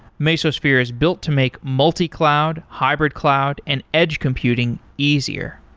mesosphere is built to make multi-cloud, hybrid-cloud and edge computing easier.